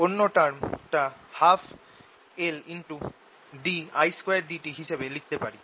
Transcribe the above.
অন্য টার্মটা 12Lddt হিসেবে লিখতে পারি